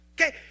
Okay